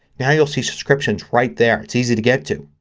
now you'll see subscriptions right there. it's easy to get to.